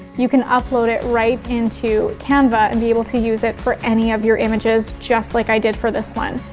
you can upload it right into canva and be able to use it for any of your images, just like i did for this one.